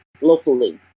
locally